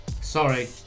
Sorry